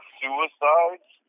suicides